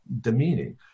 demeaning